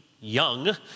young